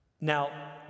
Now